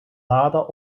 lada